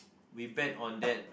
we bet on that